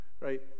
Right